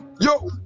Yo